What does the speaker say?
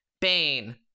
Bane